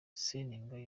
seninga